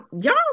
y'all